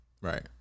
right